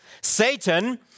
Satan